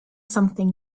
something